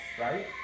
right